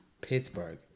Pittsburgh